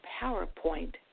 PowerPoint